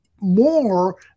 more